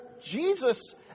Jesus